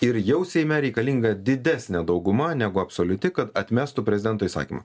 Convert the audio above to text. ir jau seime reikalinga didesnė dauguma negu absoliuti kad atmestų prezidento įsakymą